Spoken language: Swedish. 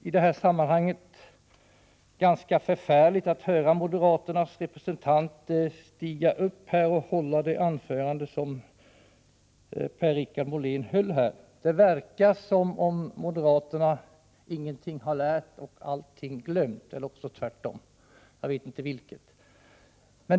I detta sammanhang var det ganska förfärligt att höra moderaternas representant Per-Richard Molén stiga upp och hålla ett sådant anförande som han nu höll. Det verkar som om moderaterna ingenting har lärt eller allting glömt. Jag vet inte vilket.